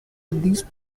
these